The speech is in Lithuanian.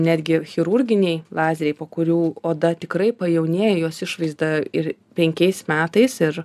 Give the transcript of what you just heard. netgi chirurginiai lazeriai po kurių oda tikrai pajaunėja jos išvaizda ir penkiais metais ir